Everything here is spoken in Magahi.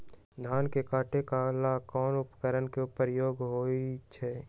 धान के काटे का ला कोंन उपकरण के उपयोग होइ छइ?